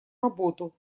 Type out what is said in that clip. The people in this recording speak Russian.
работу